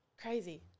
Crazy